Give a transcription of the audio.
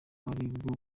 aribwo